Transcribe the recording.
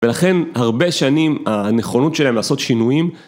ולכן הרבה שנים הנכונות שלהם לעשות שינויים.